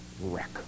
wreck